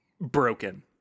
broken